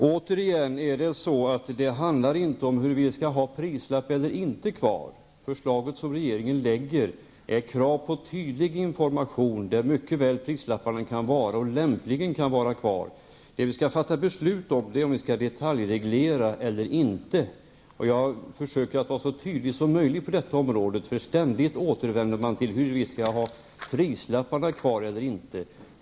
Fru talman! Det här handlar inte om huruvida prislapparna skall vara kvar eller inte. Förslaget som regeringen har lagt är krav på tydlig information, där mycket väl och lämpligen prislapparna kan vara kvar. Vi skall fatta beslut om huruvida det skall detaljregleras eller inte. Jag försöker att vara så tydlig som möjligt på detta område. Ständigt återvänder man till frågan om huruvida vi skall ha prislapparna kvar eller inte.